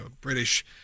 British